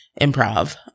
improv